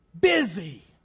Busy